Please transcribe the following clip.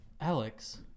Alex